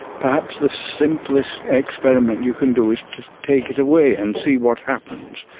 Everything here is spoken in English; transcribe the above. perhaps the simplest experiment you can do is to take it away and see what happens.